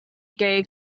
gay